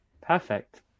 Perfect